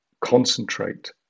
concentrate